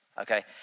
okay